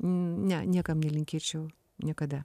ne niekam nelinkėčiau niekada